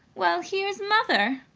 well, here's mother!